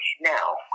now